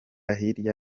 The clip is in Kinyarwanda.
hirya